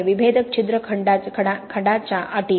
विभेदक छिद्र खंडाच्या अटी